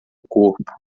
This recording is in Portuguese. corpo